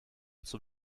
zum